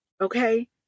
okay